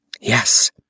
Yes